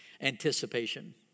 anticipation